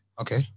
Okay